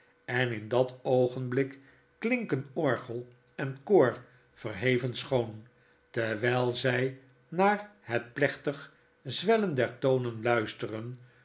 en in dat oogenblik klinken orgel en koor verheven schoon terwfll zy naar het plechtig zwellen der tonen luisteren